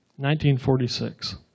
1946